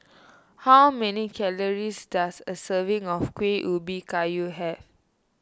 how many calories does a serving of Kuih Ubi Kayu have